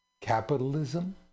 capitalism